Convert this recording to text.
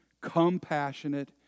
compassionate